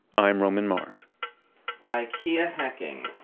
i'm roman mars ikea hacking